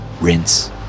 Rinse